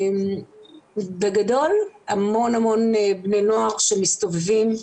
המון בני נוער מסתובבים.